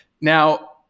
now